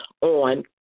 on